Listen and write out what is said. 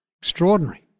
Extraordinary